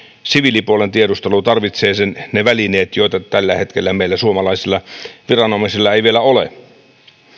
siviilipuolen tiedustelu tarvitsee ne välineet joita tällä hetkellä suomalaisilla viranomaisilla ei vielä ole